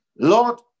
Lord